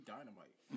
Dynamite